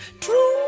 True